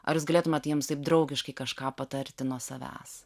ar jūs galėtumėte jiems taip draugiškai kažką patarti nuo savęs